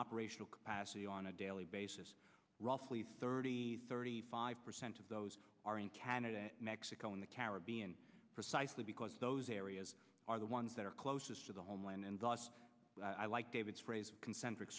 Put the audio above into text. operational capacity on a daily basis roughly thirty thirty five percent of those are in canada and mexico in the caribbean precisely because those areas are the ones that are closest to the homeland and i like david's phrase concent